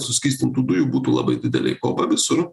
suskystintų dujų būtų labai didelė kova visur